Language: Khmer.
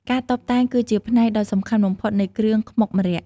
ការតុបតែងគឺជាផ្នែកដ៏សំខាន់បំផុតនៃគ្រឿងខ្មុកម្រ័ក្សណ៍។